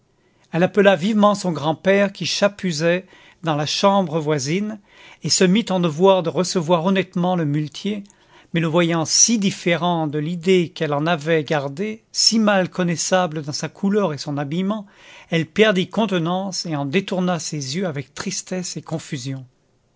elle appela vitement son grand-père qui chapusait dans la chambre voisine et se mit en devoir de recevoir honnêtement le muletier mais le voyant si différent de l'idée qu'elle en avait gardée si mal connaissable dans sa couleur et son habillement elle perdit contenance et en détourna ses yeux avec tristesse et confusion